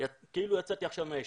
כאילו יצאתי עכשיו מהישיבה.